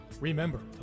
Remember